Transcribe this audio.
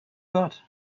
got